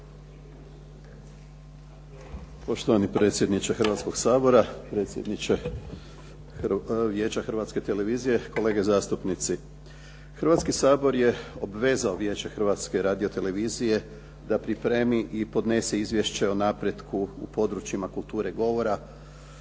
Poštovani predsjedniče Hrvatskoga sabora. Predsjedniče Vijeća Hrvatske televizije. Kolege zastupnici. Hrvatski sabor je obvezao Vijeće Hrvatske radiotelevizije da pripremi i podnesi Izvješće o napretku u područjima kulture govora,